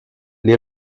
les